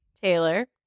Taylor